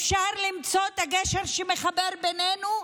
אפשר למצוא את הגשר שמחבר בינינו,